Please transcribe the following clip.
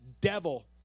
devil